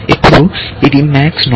ఇప్పుడు ఇది MAX node